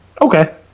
Okay